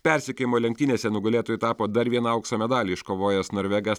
persekiojimo lenktynėse nugalėtoju tapo dar vieną aukso medalį iškovojęs norvegas